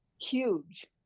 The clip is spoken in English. huge